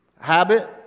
habit